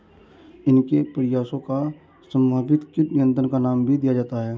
इनके प्रयासों को समन्वित कीट नियंत्रण का नाम भी दिया जाता है